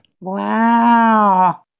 wow